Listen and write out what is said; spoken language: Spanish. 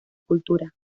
cultura